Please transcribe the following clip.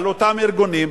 על אותם ארגונים,